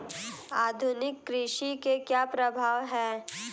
आधुनिक कृषि के क्या प्रभाव हैं?